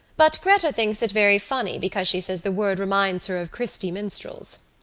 but gretta thinks it very funny because she says the word reminds her of christy minstrels.